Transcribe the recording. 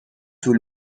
طول